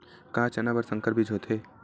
का चना बर संकर बीज होथे?